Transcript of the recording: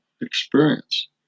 experience